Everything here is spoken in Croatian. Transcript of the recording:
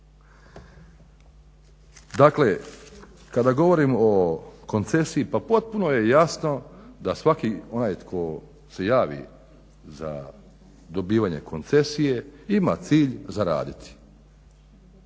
Dakle, kada govorim o koncesiji, pa potpuno je jasno da svaki onaj tko se javi za dobivanje koncesije, ima cilj za raditi.